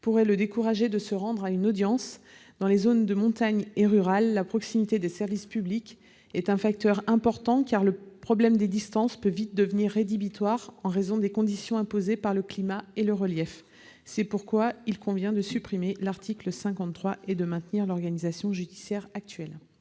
pourraient le décourager de se rendre à son audience. Dans les zones de montagne et les territoires ruraux, la proximité des services publics est un facteur important, car le problème des distances peut vite devenir rédhibitoire en raison des conditions imposées par le climat et le relief. C'est pourquoi il convient de supprimer l'article 53 et de maintenir l'organisation judiciaire actuelle.